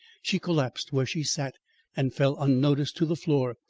she collapsed where she sat and fell unnoticed to the floor,